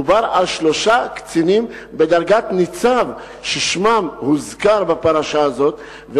מדובר על שלושה קצינים בדרגת ניצב ששמם הוזכר בפרשה הזאת,